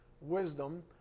wisdom